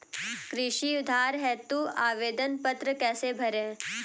कृषि उधार हेतु आवेदन पत्र कैसे भरें?